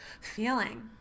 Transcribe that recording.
Feeling